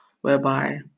whereby